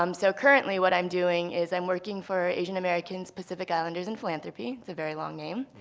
um so currently what i'm doing is i'm working for asian americans pacific islanders and philanthropy. it's a very long name.